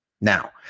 Now